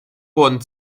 wurden